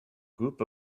group